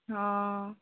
ହଁ